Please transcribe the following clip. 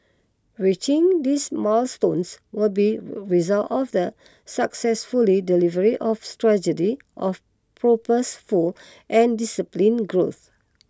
reaching these milestones will be result of the successful delivery of strategy of purposeful and discipline growth